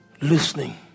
listening